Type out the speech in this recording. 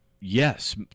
yes